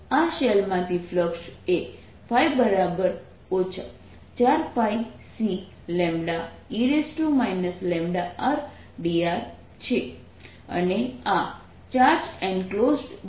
તો આ શેલમાંથી ફ્લક્સ એ 4πCλe λrdr છે